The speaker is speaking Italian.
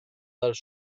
dal